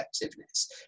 effectiveness